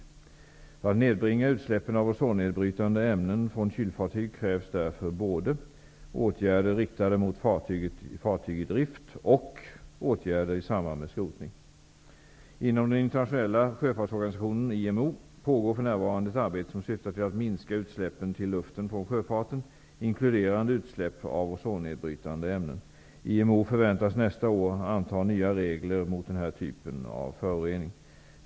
För att nedbringa utsläppen av ozonnedbrytande ämnen från kylfartyg krävs därför både åtgärder riktade mot fartyg i drift och åtgärder i samband med skrotning. IMO, pågår för närvarande ett arbete som syftar till att minska utsläppen till luften från sjöfarten, inkluderande utsläpp av ozonnedbrytande ämnen. IMO förväntas nästa år anta nya regler mot den här typen av förorening.